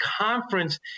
conference